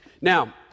Now